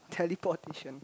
teleportation